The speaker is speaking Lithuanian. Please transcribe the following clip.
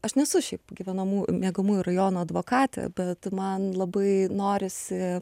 aš nesu šiaip gyvenamų miegamųjų rajonų advokatė bet man labai norisi